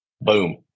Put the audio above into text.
Boom